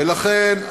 ולכן,